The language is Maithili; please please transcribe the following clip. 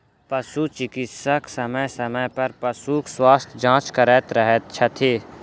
पशु चिकित्सक समय समय पर पशुक स्वास्थ्य जाँच करैत रहैत छथि